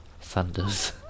thunders